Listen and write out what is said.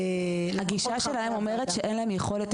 הגישה שלהם אומרת שאין להם יכולת.